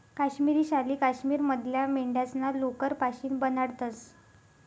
काश्मिरी शाली काश्मीर मधल्या मेंढ्यास्ना लोकर पाशीन बनाडतंस